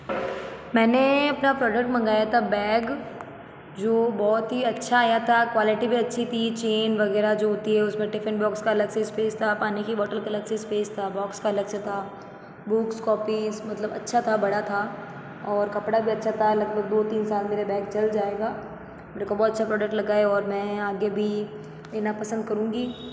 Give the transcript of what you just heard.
मैंने अपना प्रॉडक्ट मंगाया ता बैग जो बहुत ही अच्छा आया ता क्वालिटी भी अच्छी थी चेन वगैरह जो होती है उसमें टिफ़िन बॉक्स का अलग से स्पेस था पानी की बॉटल का अलग से स्पेस था बॉक्स का अलग से था बुक्स कॉपीज़ मतलब अच्छा था बड़ा था और कपड़ा भी अच्छा था लगभग दो तीन साल मेरा बैग चल जाएगा मेरे को बहुत अच्छा प्रॉडक्ट लगा है और मैं आगे भी लेना पसंद करूँगी